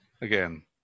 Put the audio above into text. again